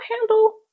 handle